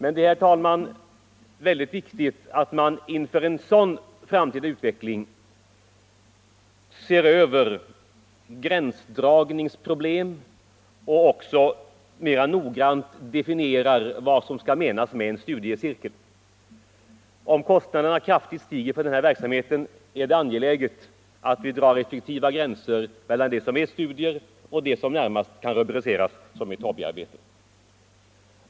Inför en sådan framtida utveckling är det, herr talman, viktigt att se över gränsdragningsproblem och också mera noggrant definiera vad som skall menas med en studiecirkel. Om kostnaderna stiger kraftigt för den här verksamheten är det angeläget att vi drar effektiva gränser mellan det som avses med studier och det som närmast kan rubriceras som hobbyarbete.